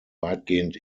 weitgehend